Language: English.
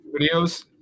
videos